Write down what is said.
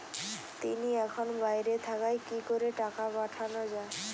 তিনি এখন বাইরে থাকায় কি করে টাকা পাঠানো য়ায়?